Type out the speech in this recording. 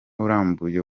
urambuye